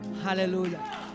Hallelujah